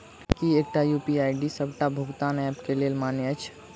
की एकटा UPI ID D सबटा भुगतान ऐप केँ लेल मान्य अछि?